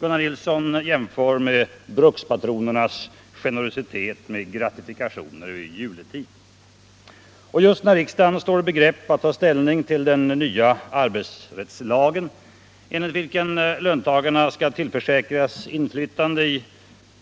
Gunnar Nilsson jämför med brukspatronernas generositet med gratifikationer vid juletid. Och just när riksdagen står i begrepp att ta ställning till den nya arbetsrättslagen, enligt vilken löntagarna skall tillförsäkras inflytande i